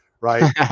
right